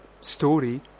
story